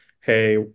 hey